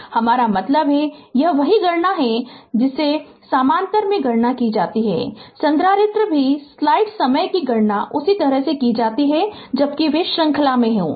हमारा मतलब है कि यह वही गणना है जिस तरह से समानांतर में गणना की जाती है संधारित्र भी स्लाइड समय की गणना उसी तरह की जाती है जब वे श्रृंखला में होते हैं